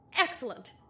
Excellent